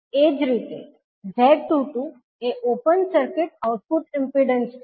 એ જ રીતે 𝐳𝟐𝟐 એ ઓપન સર્કિટ આઉટપુટ ઇમ્પિડન્સ છે